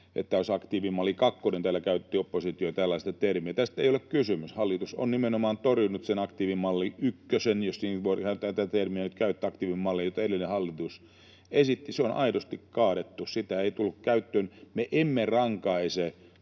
”aktiivimalli kakkonen” — täällä oppositio käytti tällaista termiä. Tästä ei ole kysymys. Hallitus on nimenomaan torjunut sen ”aktiivimalli ykkösen”, jos voidaan nyt tätä termiä käyttää. Aktiivimalli, jota edellinen hallitus esitti, on aidosti kaadettu, sitä ei tullut käyttöön. Me emme rankaise